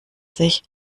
sich